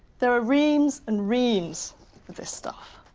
there are reams and reams of this stuff.